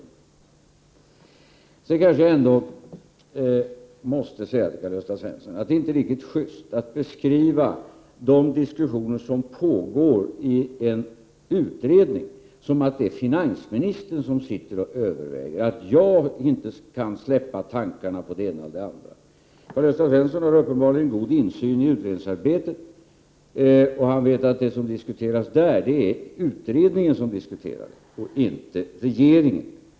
Det måste kanske också sägas, Karl-Gösta Svenson, att det inte är riktigt schyst att beskriva de diskussioner som pågår i en utredning så, att det är finansministern som överväger frågorna, som om det är jag som inte kan släppa tankarna på det ena eller det andra. Karl-Gösta Svenson har uppenbarligen god insyn i utredningsarbetet och vet att den diskussion som där förs är utredningens och inte regeringens.